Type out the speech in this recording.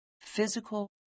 physical